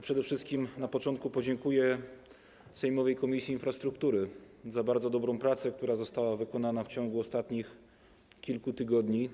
Przede wszystkim na początku podziękuje sejmowej Komisji Infrastruktury za bardzo dobrą pracę, która została wykonana w ciągu ostatnich kilku tygodni.